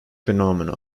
phenomena